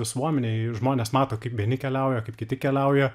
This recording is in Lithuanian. visuomenėj žmonės mato kaip vieni keliauja kaip kiti keliauja